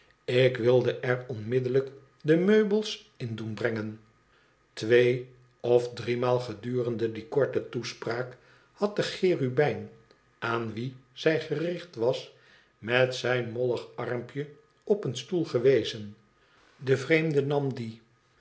ik wilde er onmiddellijk de meubels in doen brengen twee of driemaal gedurende die korte toespraak had de cherubijn aan wien zij gericht was met zijn mollig armpje op een stoel gewezen de vreeitade nam dien